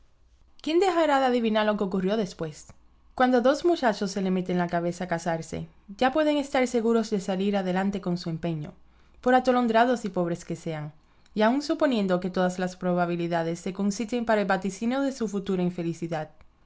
quién dejará de adivinar lo que ocurrió después cuando a dos muchachos se les mete en la cabeza casarse ya pueden estar seguros de salir adelante con su empeño por atolondrados y pobres que sean y aun suponiendo que todas las probabilidades se conciten para el vaticinio de su futura infelicidad